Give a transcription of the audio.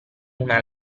una